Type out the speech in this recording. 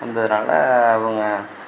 வந்ததனால அவங்க